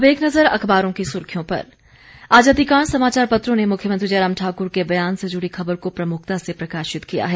अब एक नजर अखबारों की सुर्खियों पर आज अधिकांश समाचार पत्रों ने मुख्यमंत्री जयराम ठाकुर के बयान से जुड़ी खबर को प्रमुखता से प्रकाशित किया है